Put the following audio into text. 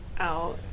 Out